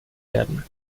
werden